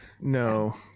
No